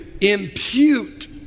impute